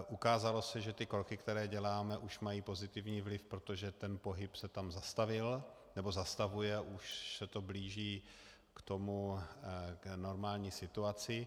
Ukázalo se, že kroky, které děláme, už mají pozitivní vliv, protože pohyb se tam zastavil, nebo zastavuje, už se to blíží k normální situaci.